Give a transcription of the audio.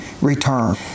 return